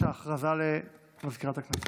בבקשה, הודעה למזכירת הכנסת.